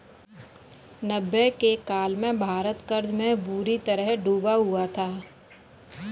नब्बे के काल में भारत कर्ज में बुरी तरह डूबा हुआ था